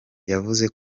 yavuze